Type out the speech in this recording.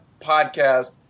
podcast